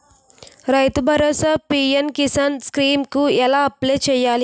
రైతు భరోసా PM Kisan scheme కు ఎలా అప్లయ్ చేయాలి?